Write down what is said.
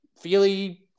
Feely